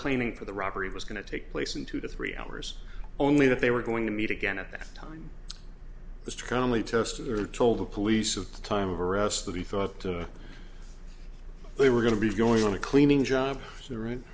planning for the robbery was going to take place in two to three hours only that they were going to meet again at that time was to calmly test or told the police of the time of arrest that he thought they were going to be going on a cleaning job